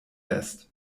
lässt